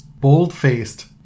bold-faced